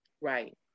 Right